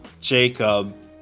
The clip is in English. Jacob